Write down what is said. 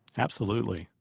absolutely.